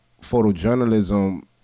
photojournalism